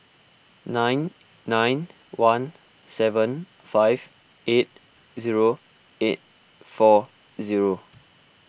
nine nine one seven five eight zero eight four zero